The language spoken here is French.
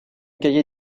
cahier